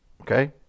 Okay